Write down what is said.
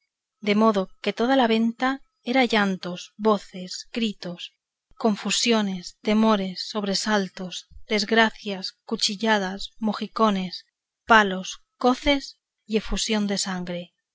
de modo que toda la venta era llantos voces gritos confusiones temores sobresaltos desgracias cuchilladas mojicones palos coces y efusión de sangre